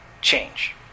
change